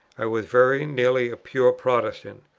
i was very nearly a pure protestant.